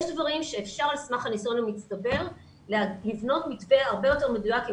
יש דברים שאפשר על סמך הניסיון המצטבר לבנות מתווה הרבה יותר מדויק עם